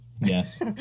Yes